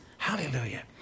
Hallelujah